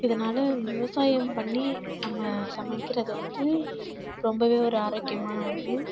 இதனால் விவசாயம் பண்ணி நம்ம சமைக்கிறது வந்து ரொம்பவே ஒரு ஆரோக்கியமான ஒன்று